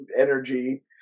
energy